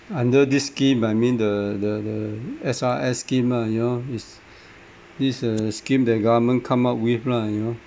under this scheme I mean the the the S_R_S scheme ah you know it's this uh scheme that government come up with lah you know